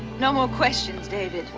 no more questions, david.